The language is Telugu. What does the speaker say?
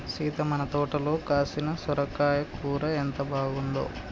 సీత మన తోటలో కాసిన సొరకాయ కూర ఎంత బాగుందో